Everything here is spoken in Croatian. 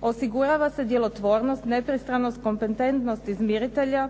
osigurava se djelotvornost, nepristranost, kompetentnost izmiritelja